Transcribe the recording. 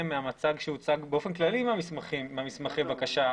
מהמצג שהוצג באופן כללי במסמכי הבקשה,